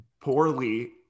poorly